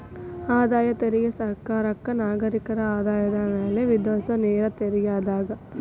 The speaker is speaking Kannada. ಆದಾಯ ತೆರಿಗೆ ಸರ್ಕಾರಕ್ಕ ನಾಗರಿಕರ ಆದಾಯದ ಮ್ಯಾಲೆ ವಿಧಿಸೊ ನೇರ ತೆರಿಗೆಯಾಗ್ಯದ